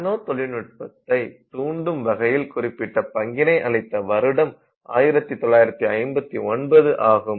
நானோ தொழில் நுட்பத்தை தூண்டும் வகையில் குறிப்பிட்ட பங்கினை அளித்த வருடம் 1959 ஆகும்